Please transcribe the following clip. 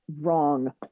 wrong